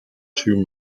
too